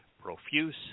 profuse